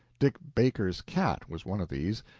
dick baker's cat was one of these,